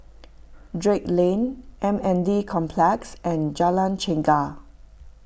Drake Lane M N D Complex and Jalan Chegar